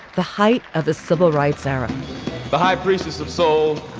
the height of the civil rights era the high priestess of soul,